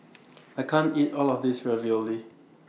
I can't eat All of This Ravioli